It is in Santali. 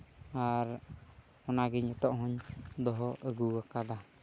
ᱟᱨ ᱚᱱᱟ ᱜᱮ ᱱᱤᱛᱚᱜ ᱦᱚᱸᱧ ᱫᱚᱦᱚ ᱟᱹᱜᱩ ᱟᱠᱟᱫᱟ